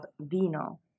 vino